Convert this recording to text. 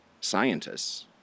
scientists